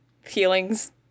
feelings